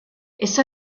esso